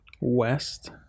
west